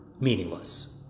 meaningless